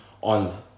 on